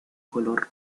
color